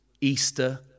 Easter